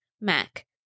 Mac